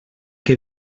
que